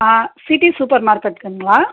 ஆ city super மார்க்கெட்டுங்களா